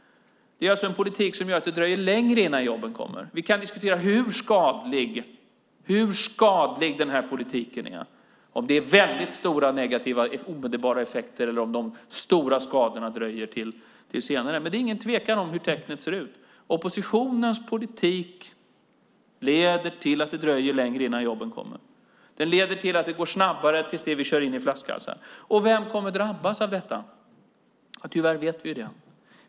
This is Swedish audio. Det är alltså en politik som gör att det dröjer längre innan jobben kommer. Vi kan diskutera hur skadlig politiken är - om det är väldigt stora negativa omedelbara effekter eller om de stora skadorna dröjer till senare. Men det råder ingen tvekan om hur tecknet ser ut: Oppositionens politik leder till att det dröjer längre innan jobben kommer. Den leder till att det går snabbare till dess vi kör in i flaskhalsar. Vem kommer att drabbas av detta? Tyvärr vet vi det.